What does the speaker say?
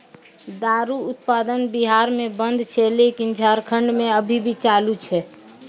दारु उत्पादन बिहार मे बन्द छै लेकिन झारखंड मे अभी भी चालू छै